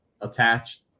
attached